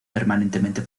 permanentemente